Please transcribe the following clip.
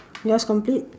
yours complete